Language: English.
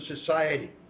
society